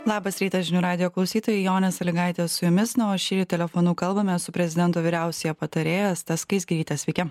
labas rytas žinių radijo klausytojai jonė sąlygaitė su jumis na o šįryt telefonu kalbame su prezidento vyriausiąja patarėja asta skaisgiryte sveiki